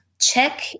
check